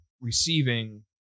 receiving